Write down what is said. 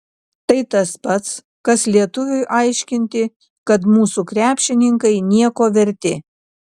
tai tas pats kas lietuviui aiškinti kad mūsų krepšininkai nieko verti